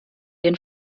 den